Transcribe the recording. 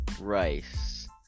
Rice